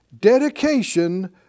dedication